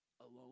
alone